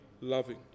loving